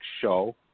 show